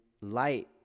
light